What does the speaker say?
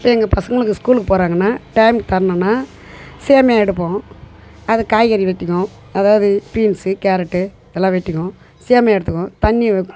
இப்போ எங்கள் பசங்களுக்கு ஸ்கூலுக்கு போறாங்கன்னால் டைமுக்கு தரணுன்னால் சேமியா எடுப்போம் அதுக்கு காய்கறி வெட்டிக்குவோம் அதாவது பீன்ஸு கேரட்டு எல்லா வெட்டிக்குவோம் சேமியா எடுத்துக்குவோம் தண்ணி